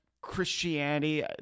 Christianity